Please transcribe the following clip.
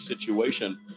situation